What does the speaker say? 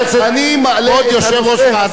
אתה תדון בזה אם זה יעבור.